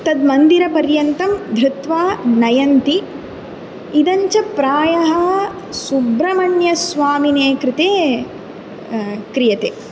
तद् मन्दिरपर्यन्तं धृत्वा नयन्ति इदञ्च प्रायः सुब्रह्मण्यस्वामिनः कृते क्रियते